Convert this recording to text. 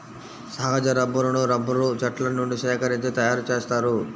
సహజ రబ్బరును రబ్బరు చెట్ల నుండి సేకరించి తయారుచేస్తారు